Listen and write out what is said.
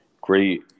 great